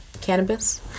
cannabis